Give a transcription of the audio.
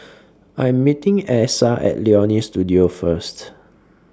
I Am meeting Essa At Leonie Studio First